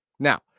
Now